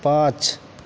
पाँच